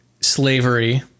slavery